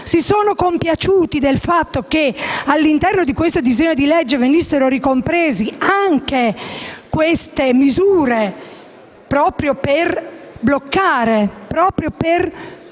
si sono compiaciuti del fatto che all'interno di questo disegno di legge venissero ricomprese anche queste misure, proprio per bloccare, perseguire